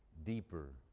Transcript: deeper,